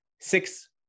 six